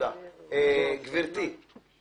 גברת זוהר פרידמן